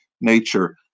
nature